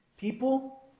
People